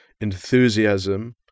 enthusiasm